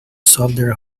soldier